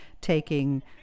taking